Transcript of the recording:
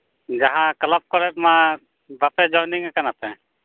ᱡᱟᱦᱟᱸ ᱠᱞᱟᱵᱽ ᱠᱚᱨᱮ ᱢᱟ ᱵᱟᱯᱮ ᱡᱚᱭᱮᱱᱤᱝ ᱟᱠᱟᱱᱟᱯᱮ